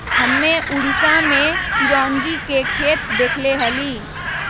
हम्मे उड़ीसा में चिरौंजी के खेत देखले हली